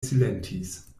silentis